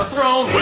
role